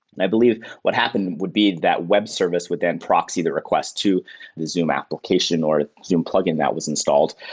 and i believe what happen would be that web service would then proxy the request to the zoom application or zoom plugin that was installed,